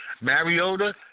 Mariota